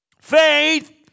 Faith